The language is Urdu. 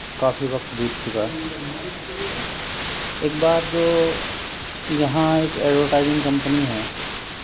کافی وقت بیت چکا ہے ایک بار جو یہاں ایک ایڈورٹائزنگ کمپنی ہے